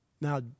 Now